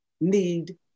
need